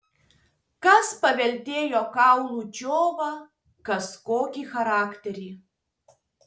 kas paveldėjo kaulų džiovą kas kokį charakterį